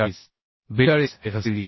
42 हेFcd